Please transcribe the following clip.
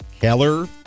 keller